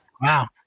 Wow